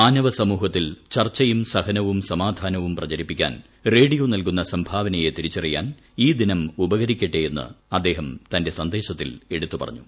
മാനവസമൂഹത്തിൽ ചർച്ചയും സഹനവും സമാധാനവും പ്രചരിപ്പിക്കാൻ റേഡിയോ നൽകുന്ന സംഭാവനയെ തിരിച്ചറിയാൻ ഈ ദിനം ഉപകരിക്കട്ടെ എന്ന് അദ്ദേഹം തന്റെ സന്ദേശത്തിൽ എടുത്തുപറഞ്ഞു